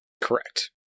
Correct